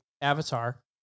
avatar